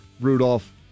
Rudolph